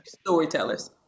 storytellers